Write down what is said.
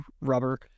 rubber